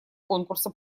конкурса